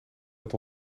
dat